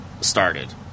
started